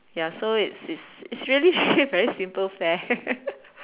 ya so it's it's it's really really very simple fair